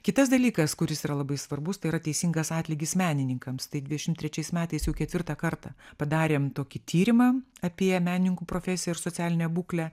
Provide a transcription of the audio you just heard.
kitas dalykas kuris yra labai svarbus tai yra teisingas atlygis menininkams tai dvidešimt trečiais metais jau ketvirtą kartą padarėm tokį tyrimą apie menininkų profesiją ir socialinę būklę